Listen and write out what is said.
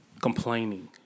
Complaining